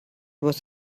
was